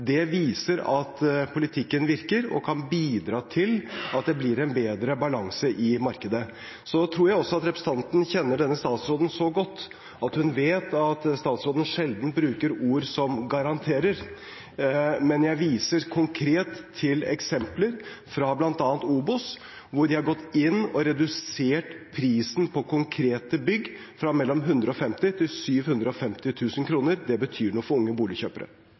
Det viser at politikken virker og kan bidra til at det blir en bedre balanse i markedet. Så tror jeg representanten kjenner denne statsråden så godt at hun vet at statsråden sjelden bruker ord som «garanterer», men jeg viser konkret til eksempler fra bl.a. OBOS; hvor de har gått inn og redusert prisen på konkrete bygg fra mellom 150 000 kr til 750 000 kr. Det betyr noe for unge boligkjøpere.